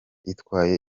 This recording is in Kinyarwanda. itwaye